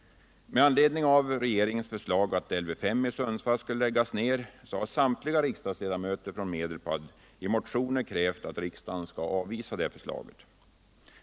Med anledning av regeringens förslag att Lv 5 i Sundsvall skall läggas ner har samtliga riksdagsledamöter från Medelpad i motioner krävt att riksdagen skall avvisa det förslaget.